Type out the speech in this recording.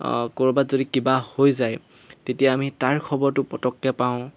ক'ৰবাত যদি কিবা হৈ যায় তেতিয়া আমি তাৰ খবৰটো পটককৈ পাওঁ